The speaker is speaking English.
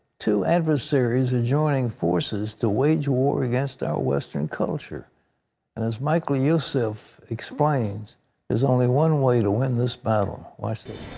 two adversaries are joining forces to wage war against our western culture. and as michael youssef explains, there is only one way to win this battle. watch this.